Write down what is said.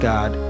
God